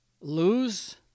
Lose